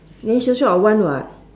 then still short of one [what]